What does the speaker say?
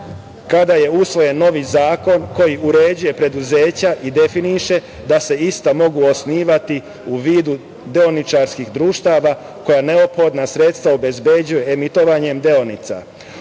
kada je usvojen novi zakon koji uređuje preduzeća i definiše da se ista mogu osnivati u vidu deoničarskih društava koja neophodna sredstva obezbeđuje emitovanjem deonica.